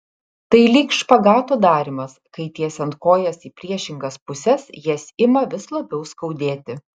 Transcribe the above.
tai lyg špagato darymas kai tiesiant kojas į priešingas puses jas ima vis labiau skaudėti